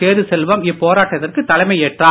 சேது செல்வம் இப் போராட்டத்திற்கு தலைமை ஏற்றார்